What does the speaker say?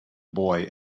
boy